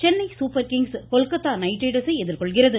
Chennai super kings Kolkata knight ரைடர்ஸை எதிர்கொள்கிறது